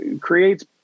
creates